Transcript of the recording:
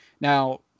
Now